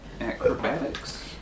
Acrobatics